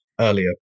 earlier